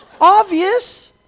Obvious